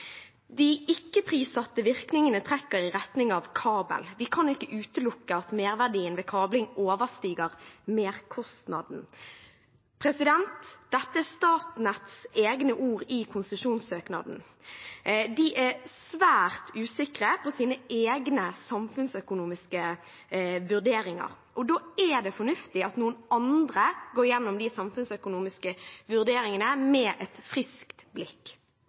virkningene trekker i retning av kabel. Vi kan ikke utelukke at merverdien ved kabling overstiger merkostnaden.» Dette er Statnetts egne ord i konsesjonssøknaden. De er svært usikre på sine egne samfunnsøkonomiske vurderinger, og da er det fornuftig at noen andre går igjennom de samfunnsøkonomiske vurderingene med et friskt blikk.